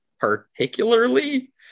particularly